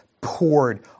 poured